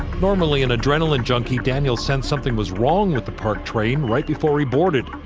normally an adrenaline junkie, daniel sensed something was wrong with the parked train right before he boarded.